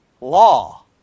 law